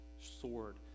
sword